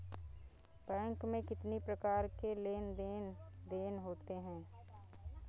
Bank में कितनी प्रकार के लेन देन देन होते हैं?